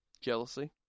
Jealousy